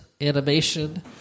animation